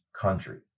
country